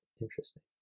Interesting